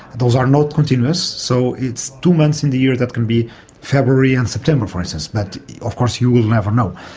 those are not continuous, so it's two months in the year, that can be february and september for instance, but of course you will never know.